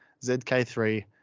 zk3